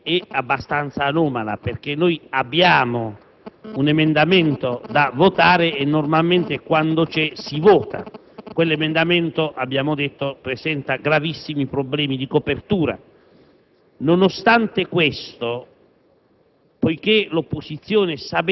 Signor Presidente, la situazione è abbastanza anomala. Noi abbiamo un emendamento da votare; normalmente, quando c'è un emendamento, lo si vota. Quell'emendamento - come abbiamo detto - presenta gravissimi problemi di copertura.